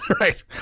Right